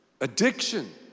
addiction